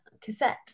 Cassette